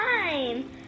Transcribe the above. time